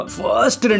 first